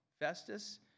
Festus